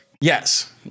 yes